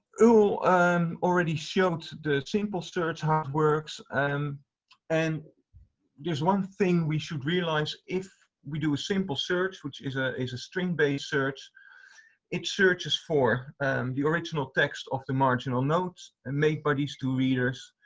earle um already showed the simple search, how it works and and there's one thing we should realize if we do a simple search, which is ah is a string based search it searches for the original text of the marginal notes and made by these two readers,